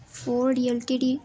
ford L T D